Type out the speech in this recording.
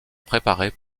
préparées